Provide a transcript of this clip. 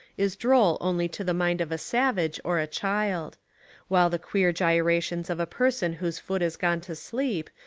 is droll only to the mind of a savage or a child while the queer gyrations of a person whose foot has gone to sleep,